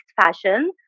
fashion